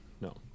No